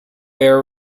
bear